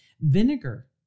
Vinegar